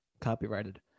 copyrighted